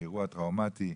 מאירוע טראומטי,